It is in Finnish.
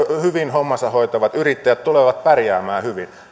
hyvin hommansa hoitavat yrittäjät tulevat pärjäämään hyvin